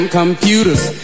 computers